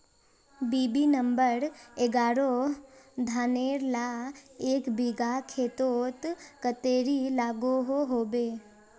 BB number एगारोह धानेर ला एक बिगहा खेतोत कतेरी लागोहो होबे?